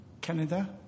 Canada